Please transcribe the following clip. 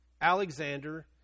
Alexander